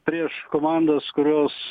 prieš komandas kurios